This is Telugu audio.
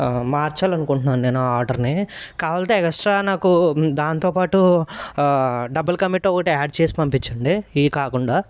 మార్చాలనుకుంటున్నాను నేను ఆర్డర్ని కావాల్సితే ఎగస్ట్రా నాకు దాంతోపాటు డబుల్ క మీట ఒకటి యాడ్ చేసి పంపించండి ఇవి కాకుండా